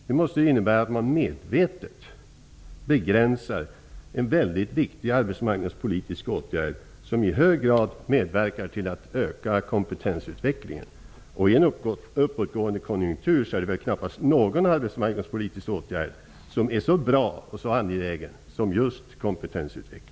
Det måste innebära att den medvetet begränsar en väldigt viktig arbetsmarknadspolitisk åtgärd, som i hög grad medverkar till att öka kompetensutvecklingen. I en uppåtgående konjunktur är det väl knappast någon arbetsmarknadspolitisk åtgärd som är så bra och så angelägen som just kompetensutveckling?